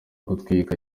gutwita